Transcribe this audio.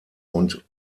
und